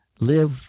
live